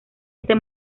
este